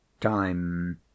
time